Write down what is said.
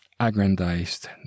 aggrandized